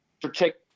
protect